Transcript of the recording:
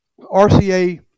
rca